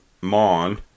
Mon